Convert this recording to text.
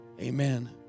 amen